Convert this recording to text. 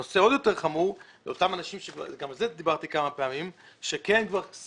הנושא עוד יותר חמור וגם עליו דיברתי כמה פעמים - הוא אותם אנשים שכן